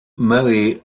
moe